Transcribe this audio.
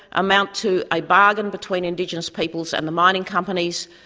amount to a bargain between indigenous peoples and the mining companies,